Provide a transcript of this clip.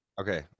okay